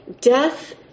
Death